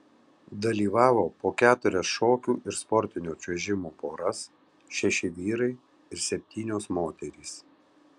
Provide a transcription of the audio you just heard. dalyvavo po keturias šokių ir sportinio čiuožimo poras šeši vyrai ir septynios moterys